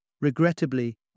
Regrettably